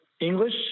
english